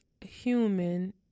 human